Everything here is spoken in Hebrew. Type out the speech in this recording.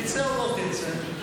תרצה או לא תרצה,